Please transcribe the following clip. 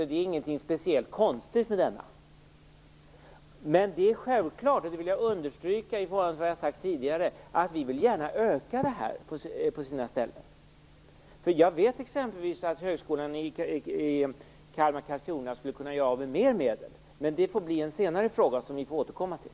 Det är ingenting speciellt konstigt med den här. I förhållande till vad jag har sagt tidigare vill jag understryka att vi gärna vill öka anslagen på sina ställen. Jag vet att exempelvis att högskolan i Kalmar/Karlskrona skulle kunna göra av med mer medel, men det får bli en senare fråga som vi får återkomma till.